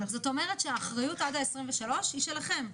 זאת אומרת שהאחריות עד 2023 היא שלכם,